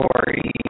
story